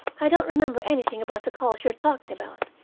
i don't remember anything about the calls you are talking about,